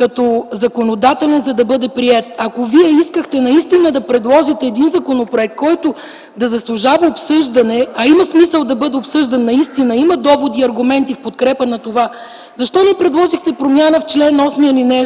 като законодателен, за да бъде приет. Ако искахте наистина да предложите законопроект, който да заслужава обсъждане, а има смисъл да бъде обсъждан наистина, има доводи и аргументи в подкрепа на това, защо не предложихте промяна в чл. 8, ал.